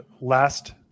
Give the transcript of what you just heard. last